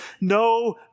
no